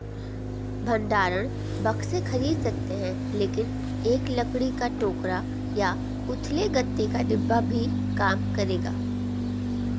भंडारण बक्से खरीद सकते हैं लेकिन एक लकड़ी का टोकरा या उथले गत्ते का डिब्बा भी काम करेगा